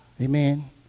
Amen